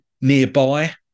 nearby